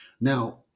Now